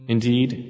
Indeed